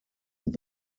und